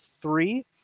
three